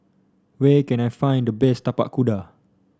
where can I find the best Tapak Kuda